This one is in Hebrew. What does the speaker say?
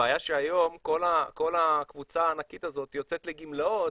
הבעיה שהיום כל הקבוצה הענקית הזאת יוצאת לגמלאות.